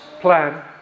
plan